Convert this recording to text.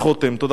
תודה.